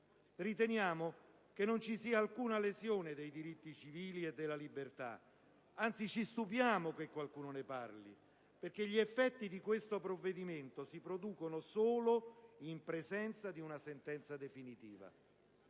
Riteniamo che non ci sia alcuna lesione dei diritti civili e della libertà. Anzi, ci stupiamo che qualcuno ne parli, perché gli effetti di questo provvedimento si producono solo in presenza di una sentenza definitiva.